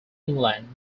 england